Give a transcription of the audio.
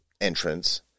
entrance